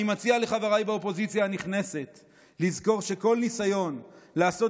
אני מציע לחבריי באופוזיציה הנכנסת לזכור שכל ניסיון לעשות